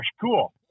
cool